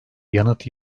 yanıt